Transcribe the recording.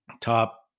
top